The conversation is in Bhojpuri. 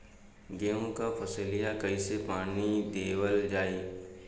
गेहूँक फसलिया कईसे पानी देवल जाई?